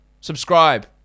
subscribe